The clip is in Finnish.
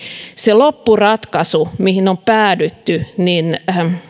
se loppuratkaisu mihin on päädytty